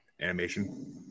animation